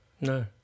No